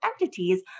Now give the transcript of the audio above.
entities